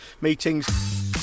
meetings